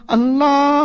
Allah